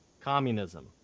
Communism